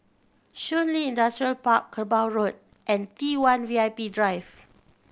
Shun Li Industrial Park Kerbau Road and T One V I P Drive